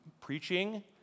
preaching